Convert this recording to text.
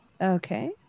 Okay